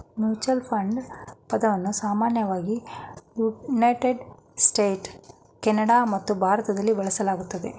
mutual fund ಪದವನ್ನ ಸಾಮಾನ್ಯವಾಗಿ United States, Canada ಮತ್ತು ಭಾರತದಲ್ಲಿ ಬಳಸಲಾಗುತ್ತೆ